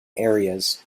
areas